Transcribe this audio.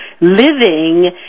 living